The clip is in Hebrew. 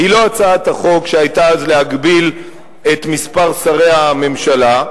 היא לא הצעת החוק שהיתה אז להגבלת מספר שרי הממשלה.